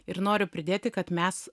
ir noriu pridėti kad mes